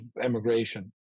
emigration